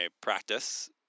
practice